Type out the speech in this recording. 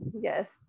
yes